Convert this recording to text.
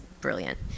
brilliant